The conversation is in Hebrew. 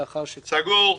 סגור.